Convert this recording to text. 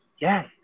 yes